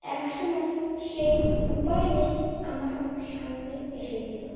এক সময় সেই উপায়ও আমার সামনে এসেছিলো